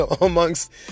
amongst